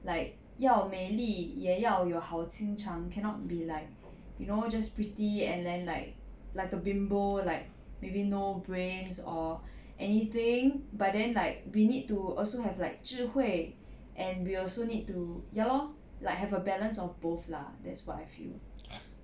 like 要美丽也要有好心肠 cannot be like you know just pretty and then like like a bimbo like maybe no brains or anything but then like we need to also have like 智慧 and we also need to ya lor like have a balance of both lah that's what I feel